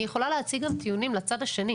אני יכולה להציג גם טיעונים לצד השני.